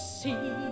see